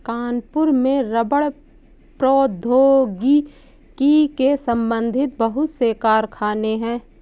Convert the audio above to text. कानपुर में रबड़ प्रौद्योगिकी से संबंधित बहुत से कारखाने है